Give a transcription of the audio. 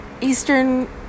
Eastern